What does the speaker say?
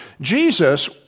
Jesus